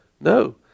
no